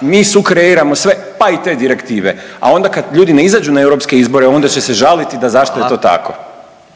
mi sukreiramo sve, pa i te direktive, a onda kad ljudi ne izađu na europske izbore onda će se žaliti da zašto…/Upadica